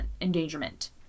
endangerment